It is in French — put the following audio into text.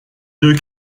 deux